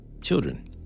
children